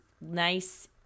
nice